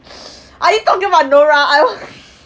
are you talking about nora I want